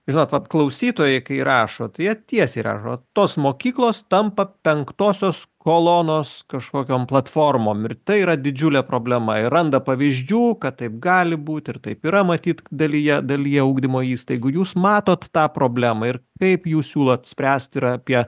žinot vak klausutytojai kai rašo tai jie tiesiai rašo tos mokyklos tampa penktosios kolonos kažkokiom platformom ir tai yra didžiulė problema ir randa pavyzdžių kad taip gali būti ir taip yra matyt dalyje dalyje ugdymo įstaigų jūs matot tą problemą ir kaip jūs siūlot spręst ir apie